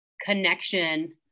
connection